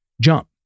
Jump